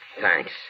Thanks